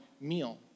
meal